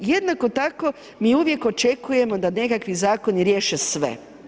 Jednako tako mi uvijek očekujemo da nekakvi zakoni riješe sve.